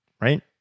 right